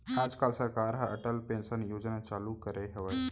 आज काल सरकार ह अटल पेंसन योजना चालू करे हवय